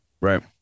Right